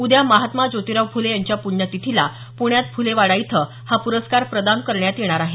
उद्या महात्मा ज्योतिराव फुले यांच्या पुण्यतिथीला पुण्यात फुले वाडा इथं हा पुरस्कार प्रदान करण्यात येणार आहे